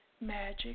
Magic